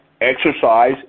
exercise